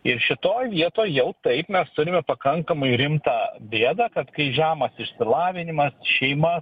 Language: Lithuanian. ir šitoj vietoj jau taip mes turime pakankamai rimtą bėdą kad kai žemas išsilavinimas šeima